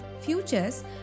futures